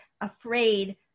afraid